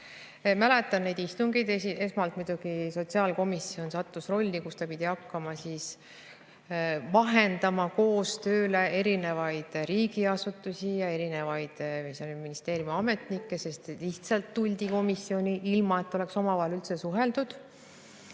mäletan neid istungeid. Esmalt muidugi sotsiaalkomisjon sattus rolli, kus ta pidi hakkama vahendama koostööle erinevaid riigiasutusi ja erinevaid ministeeriumiametnikke, sest lihtsalt tuldi komisjoni, ilma et oleks omavahel üldse suheldud.